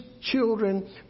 children